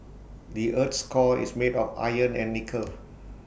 the Earth's core is made of iron and nickel